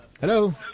Hello